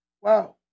Wow